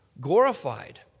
glorified